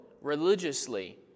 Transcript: religiously